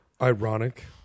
ironic